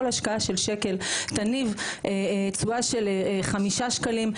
כל השקעה של שקל תניב תשואה של חמישה שקלים,